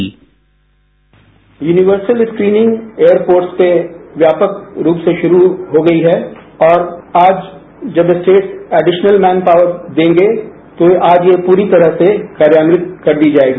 sound bite universal screening airports पे व्यापक रूप से शुरू हो गई है और आज जब स्टेट्स एडिसनल मेन पावर देगे तो आज ये पूरी तरह से कार्यान्वित कर दी जायेगी